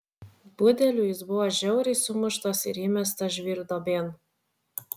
budelių jis buvo žiauriai sumuštas ir įmestas žvyrduobėn